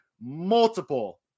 multiple